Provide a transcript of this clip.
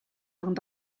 整理